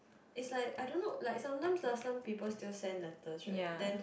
is like I don't know like sometimes last time people still send letters right then